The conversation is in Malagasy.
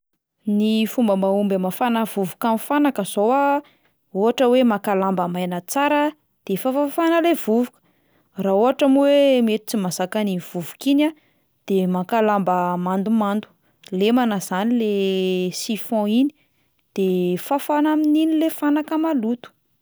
Ny fomba mahomby hamafana vovoka amin'ny fanaka zao a: ohatra hoe maka lamba maina tsara de fafafafana le vovoka, raha ohatra moa hoe mety tsy mahazaka an'iny vovoka iny a de maka lamba mandomando, lemana zany le chiffon iny, de fafana amin'iny le fanaka maloto.